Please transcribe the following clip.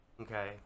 Okay